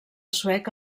suec